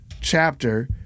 chapter